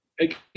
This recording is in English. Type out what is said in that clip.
Again